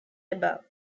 above